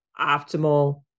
optimal